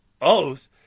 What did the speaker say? Oath